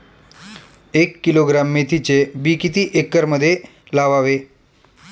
एक किलोग्रॅम मेथीचे बी किती एकरमध्ये लावावे?